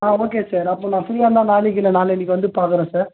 ஆ okay sir அப்போ நான் ஃப்ரீயாக இருந்தால் நாளைக்கு இல்லை நாளன்னைக்கு வந்து பாக்கிறேன் சார்